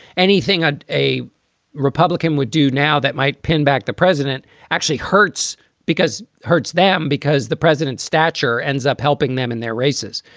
anything ah a republican would do now that might pinback the president actually hurts because hurts them because the president's stature ends up helping them in their races.